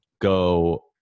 go